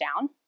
down